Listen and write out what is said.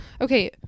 Okay